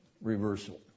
reversal